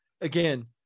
again